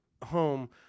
Home